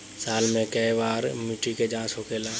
साल मे केए बार मिट्टी के जाँच होखेला?